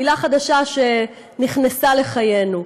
מילה חדשה שנכנסה לחיינו.